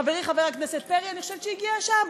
חברי חבר הכנסת פרי, אני חושבת שהגיעה השעה.